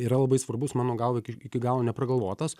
yra labai svarbus mano galva ikiž iki galo nepragalvotas